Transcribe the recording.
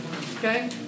Okay